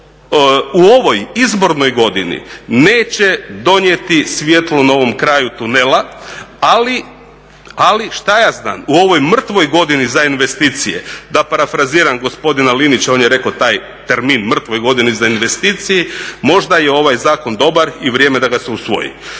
u ovoj izbornoj godini neće donijeti svjetlo na ovom kraju tunela, ali što ja znam, u ovoj mrtvoj godini za investicije da parafraziram gospodina Linića on je rekao taj termin mrtvoj godini za investicije možda je ovaj zakon dobar i vrijeme je da ga se usvoji.